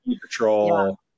patrol